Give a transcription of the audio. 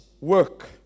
work